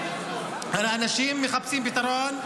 האנשים מחפשים פתרון.